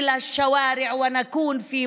שלנו והחברה שלנו עלינו לצאת לרחובות ולהיות בחזית